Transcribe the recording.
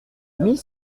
mille